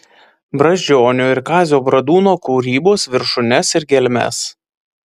brazdžionio ir kazio bradūno kūrybos viršūnes ir gelmes